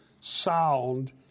sound